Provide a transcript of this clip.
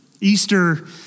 Easter